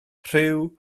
rhyw